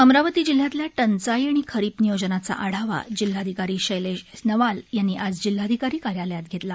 अमरावती जिल्ह्यातल्या टंचाई आणि खरीप नियोजनाचा आढावा जिल्हाधिकारी शैलेश नवाल यांनी आज जिल्हाधिकारी कार्यालयात घेतला